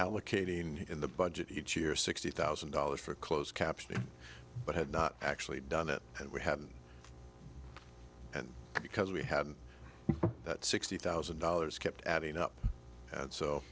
allocating in the budget each year sixty thousand dollars for closed captioning but have not actually done it and we haven't and because we had sixty thousand dollars kept adding up and so